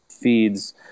feeds